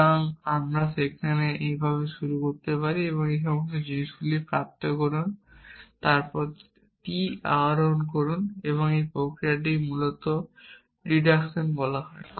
সুতরাং সেখানে আপনি এইভাবে শুরু করতে পারেন এই সমস্ত জিনিসগুলি প্রাপ্ত করুন তারপরে t আহরণ করুন এই প্রক্রিয়াটিকে মূলত প্রাকৃতিক ডিডাকশন বলা হয়